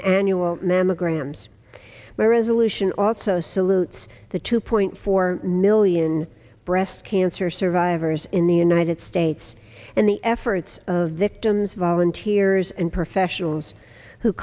annual mammograms my resolution also salutes the two point four million breast cancer survivors in the united states and the efforts of victims volunteers and